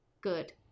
good